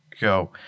go